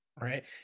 Right